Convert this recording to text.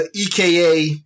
EKA